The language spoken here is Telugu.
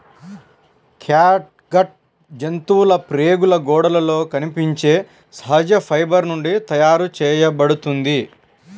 క్యాట్గట్ జంతువుల ప్రేగుల గోడలలో కనిపించే సహజ ఫైబర్ నుండి తయారు చేయబడుతుంది